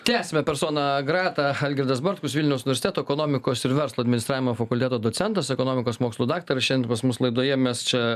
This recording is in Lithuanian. tęsiame persona greta algirdas bartkus vilniaus universteto ekonomikos ir verslo administravimo fakulteto docentas ekonomikos mokslų daktaras šiandien pas mus laidoje mes čia